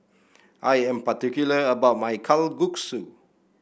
I am particular about my Kalguksu